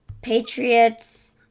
Patriots